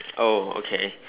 oh okay